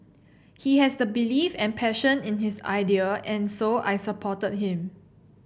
he has the belief and passion in his idea and so I supported him